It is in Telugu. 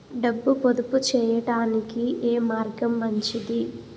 డబ్బు పొదుపు చేయటానికి ఏ మార్గం మంచిది?